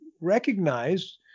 recognize